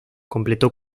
completó